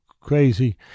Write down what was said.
crazy